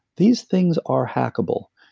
these things are hackable.